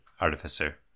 artificer